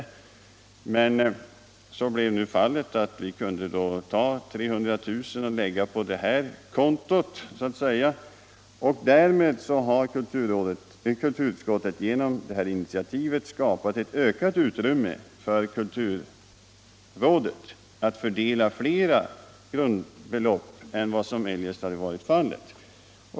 Kulturutskottet kunde då ta 300 000 kr. av de pengar som frigjordes från Jönköping och så att säga lägga dem på detta konto. Genom detta initiativ har kulturutskottet skapat ett ökat utrymme för kulturrådet att fördela flera grundbelopp än som eljest hade varit fallet.